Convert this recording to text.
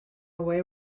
away